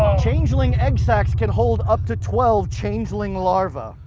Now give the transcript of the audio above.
changeling egg sacks can hold up to twelve changeling larva.